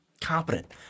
competent